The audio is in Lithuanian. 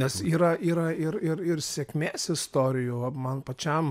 nes yra yra ir ir ir sėkmės istorijų man pačiam